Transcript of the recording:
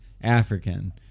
African